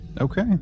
Okay